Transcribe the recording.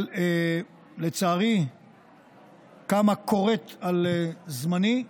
אבל לצערי קם הכורת על זמני,